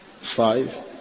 Five